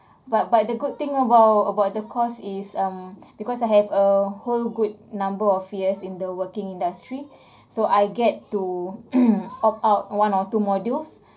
but but the good thing about about the course is um because I have a whole good number of years in the working industry so I get to opt out one or two modules